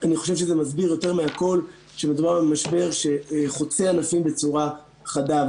אני חושב שזה מסביר יותר מהכול שמדובר במשבר שחוצה ענפים בצורה חדה.